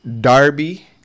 Darby